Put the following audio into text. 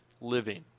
living